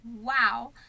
wow